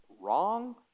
wrong